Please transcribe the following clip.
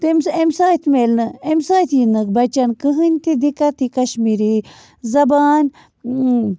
تَمہِ سہٕ اَمہِ سۭتۍ میلہِ نہٕ اَمہِ سۭتۍ یی نہٕ بچن کٕہٕنۍ تہِ دِقت کشمیٖری زبان